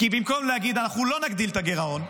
כי במקום להגיד: אנחנו לא נגדיל את הגירעון,